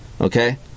okay